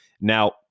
Now